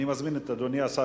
אני מזמין את אדוני השר,